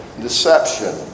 Deception